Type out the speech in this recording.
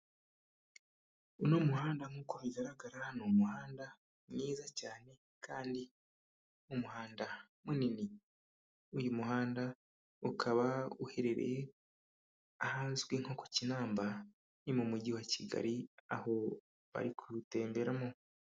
Uno muhanda nkuko bigaragara, ni umuhanda mwiza cyane kandi ni umuhanda munini, uyu muhanda ukaba uherereye ahazwi nko ku Kinamba ni mu mujyi wa Kigali, aho bari kuwutemberamo.